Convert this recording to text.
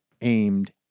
aimed